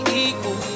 equal